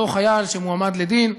אותו חייל שמועמד לדין,